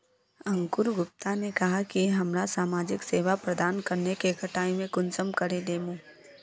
अंकूर गुप्ता ने कहाँ की हमरा समाजिक सेवा प्रदान करने के कटाई में कुंसम करे लेमु?